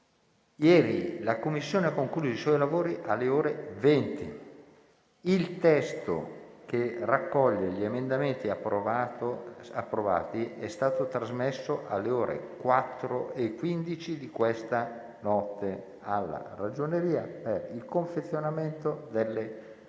ieri la Commissione ha concluso i lavori alle ore 20. Il testo che raccoglie gli emendamenti approvati è stato trasmesso alle ore 4,15 di questa notte alla Ragioneria generale dello Stato